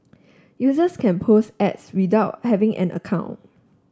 users can post ads without having an account